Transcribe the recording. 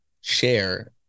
share